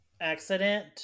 accident